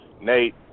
nate